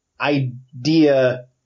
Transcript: idea